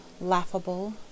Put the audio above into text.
laughable